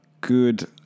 Good